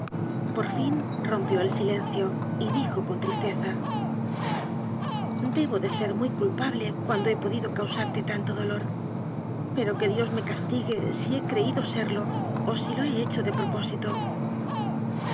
por fin rompió el silencio y dijo con tristeza debo de ser muy culpable cuando he podido causarte tanto dolor pero que dio s me castigue si he creído serlo o si lo he hecho de propósito